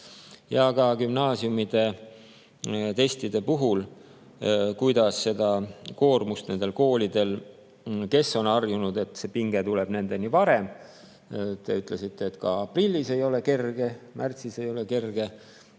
on ka gümnaasiumide testide puhul. Kuidas [ikkagi nihutada] seda koormust nendel koolidel, kes on harjunud, et see pinge tuleb nendeni varem? Te ütlesite, et aprillis ei ole kerge, märtsis ei ole kerge,